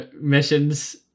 missions